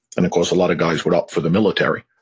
and of course, a lot of guys would opt for the military.